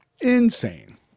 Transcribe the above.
insane